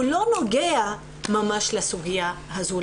הוא לא נוגע ממש לסוגיה הזאת,